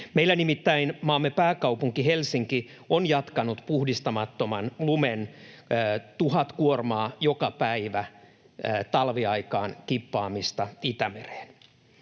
Meillä nimittäin maamme pääkaupunki, Helsinki, on jatkanut puhdistamattoman lumen kippaamista Itämereen